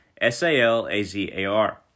S-A-L-A-Z-A-R